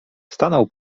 stanął